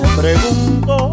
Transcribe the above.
pregunto